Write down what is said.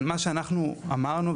מה שאנחנו אמרנו,